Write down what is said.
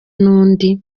nundi